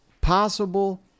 possible